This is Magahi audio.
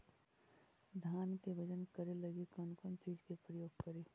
धान के बजन करे लगी कौन चिज के प्रयोग करि?